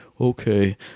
Okay